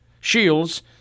Shields